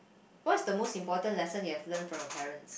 what's the most important lesson you've learnt from your parents